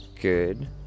Good